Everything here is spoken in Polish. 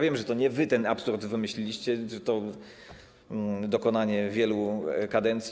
Wiem, że to nie wy ten absurd wymyśliliście, to dokonanie wielu kadencji.